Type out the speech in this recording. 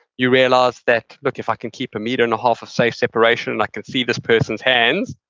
you realize that, look, if i can keep a meter and a half of safe separation and i can see this person's hands